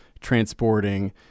transporting